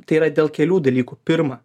tai yra dėl kelių dalykų pirma